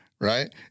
Right